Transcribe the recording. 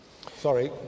Sorry